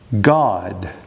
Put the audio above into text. God